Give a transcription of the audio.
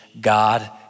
God